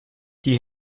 die